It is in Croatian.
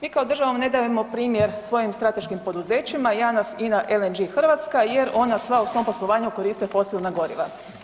Mi kao država ne dajemo primjer svojim strateškim poduzećima, JANAF, INA, LNG Hrvatska jer ona sva u svom poslovanju koriste fosilna goriva.